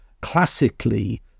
classically